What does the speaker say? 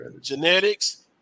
genetics